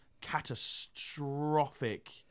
catastrophic